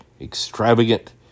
Extravagant